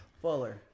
Fuller